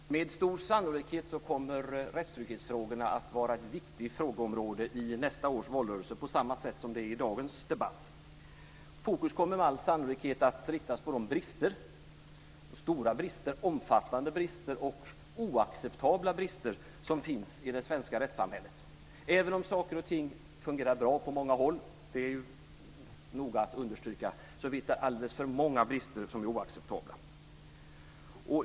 Fru talman! Med stor sannolikhet kommer rättstrygghetsfrågorna att vara ett viktigt frågeområde i nästa års valrörelse på samma sätt som det är i dagens debatt. Fokus kommer med all sannolikhet att riktas på de brister - stora, omfattande och oacceptabla brister - som finns i det svenska rättssamhället. Även om saker och ting fungerar bra på många håll, vill jag noga understryka, finns det alldeles för många brister som är oacceptabla.